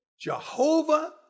Jehovah